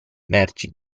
merci